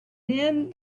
then